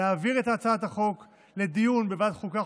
להעביר את הצעת החוק לדיון בוועדת החוקה,